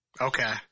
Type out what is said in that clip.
Okay